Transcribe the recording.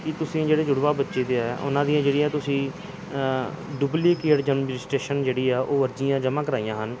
ਕਿ ਤੁਸੀਂ ਜਿਹੜੇ ਜੁੜਵਾਂ ਬੱਚੇ ਦੇ ਆ ਉਹਨਾਂ ਦੀਆਂ ਜਿਹੜੀਆਂ ਤੁਸੀਂ ਡੁਬਲੀਕੇਟ ਜਨਮ ਰਜਿਸਟਰੇਸ਼ਨ ਜਿਹੜੀ ਆ ਉਹ ਅਰਜ਼ੀਆਂ ਜਮ੍ਹਾਂ ਕਰਵਾਈਆਂ ਹਨ